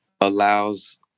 allows